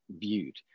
viewed